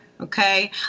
Okay